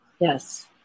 Yes